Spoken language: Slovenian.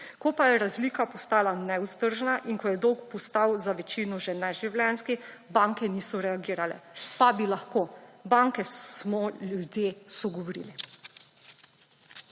Ko pa je razlika postala nevzdržna in ko je dolg postal za večino že neživljenjski, banke niso reagirale, pa bi lahko. Banke smo ljudje, so govorile.